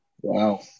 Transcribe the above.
Wow